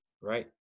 right